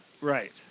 Right